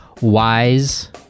wise